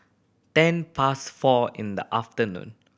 ten past four in the afternoon